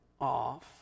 off